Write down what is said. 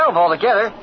altogether